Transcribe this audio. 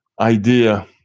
idea